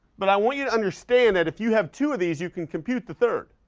but i want you to understand that if you have two of these, you can compute the third.